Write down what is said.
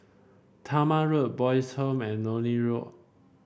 Talma Road Boys' Home and Lornie Road